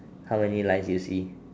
how many lines do you see